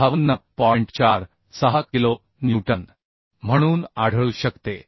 46किलो newton म्हणून आढळू शकते